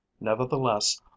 Nevertheless